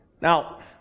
Now